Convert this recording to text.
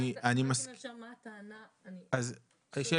רגע, רק אם אפשר, מה הטענה של אגף התקציבים?